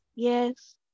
Yes